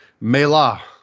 Mela